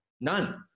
None